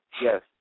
yes